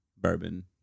bourbon